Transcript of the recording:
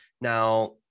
now